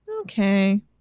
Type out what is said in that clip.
okay